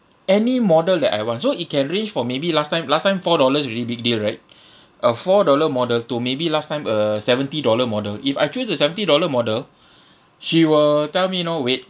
any model that I want so it can range for maybe last time last time four dollars already big deal right a four dollar model to maybe last time a seventy dollar model if I choose the seventy dollar model she will tell me you know wait